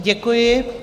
Děkuji.